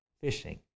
fishing